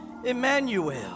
Emmanuel